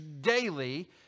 daily